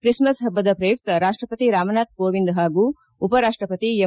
Christmas ಪಬ್ಬದ ಪ್ರಯುಕ್ತ ರಾಷ್ಟಪತಿ ರಾಮನಾಥ್ ಕೋವಿಂದ್ ಹಾಗೂ ಉಪರಾಷ್ಟಪತಿ ಎಂ